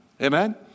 Amen